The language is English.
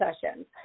sessions